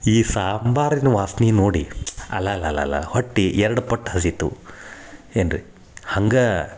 ಈ ಸಾಂಬಾರಿನ ವಾಸ್ನಿ ನೋಡಿ ಅಲಲಲ ಹೊಟ್ಟೆ ಎರಡು ಪಟ್ ಹಸಿತು ಏನ್ರಿ ಹಂಗೆ